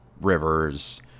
rivers